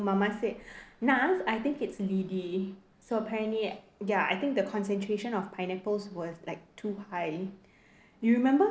mama said nas I think it's Dee Dee so apparently ya I think the concentration of pineapples was like too high you remember